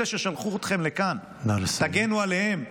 אלה ששלחו אתכם לכאן, תגנו עליהם.